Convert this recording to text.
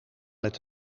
met